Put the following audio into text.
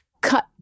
cut